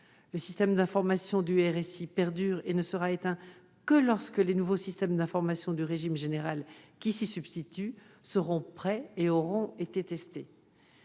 Le système d'information du RSI perdure, et il ne sera éteint que lorsque les nouveaux systèmes d'information du régime général qui s'y substituent seront prêts et auront été testés.